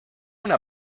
una